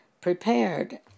prepared